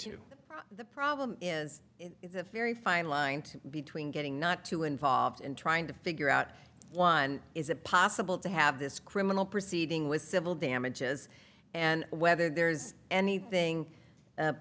two the problem is it's a very fine line between getting not too involved in trying to figure out one is it possible to have this criminal proceeding with civil damages and whether there's anything